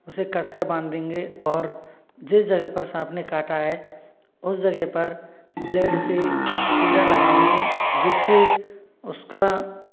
उसे कसकर बांध देंगे और जिस जगह पर सांप ने काटा है उस जगह पर ब्लेड से चीरा लगाएंगे जिससे उसका